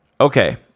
Okay